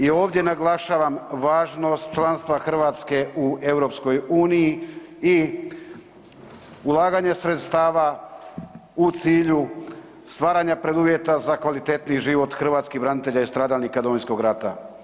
I ovdje naglašavam važnost članstva Hrvatske u EU i ulaganje sredstava u cilju stvaranja preduvjeta za kvalitetniji život hrvatskih branitelja i stradalnika Domovinskog rata.